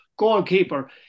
Goalkeeper